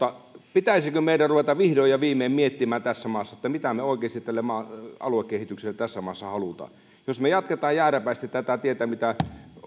pitäisikö meidän ruveta vihdoin ja viimein miettimään mitä me oikeasti tästä aluekehityksestä tässä maassa haluamme jos me jatkamme jääräpäisesti tätä tietä mitä